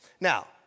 Now